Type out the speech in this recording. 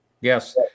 Yes